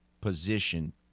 position